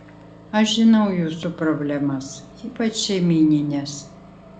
aš žinau jūsų problemas ypač šeimynines